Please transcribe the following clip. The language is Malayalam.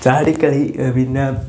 ചാടിക്കളി പിന്നെ